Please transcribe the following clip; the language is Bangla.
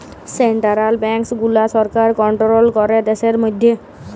সেনটারাল ব্যাংকস গুলা সরকার কনটোরোল ক্যরে দ্যাশের ম্যধে